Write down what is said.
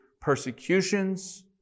persecutions